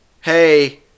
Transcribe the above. Hey